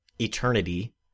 eternity